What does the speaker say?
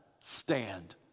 stand